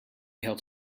had